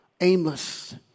aimless